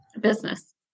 Business